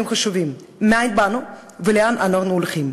חשובים: מאין באנו ולאן אנו הולכים.